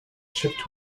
shipped